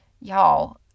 y'all